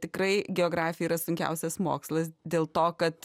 tikrai geografija yra sunkiausias mokslas dėl to kad